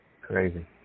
Crazy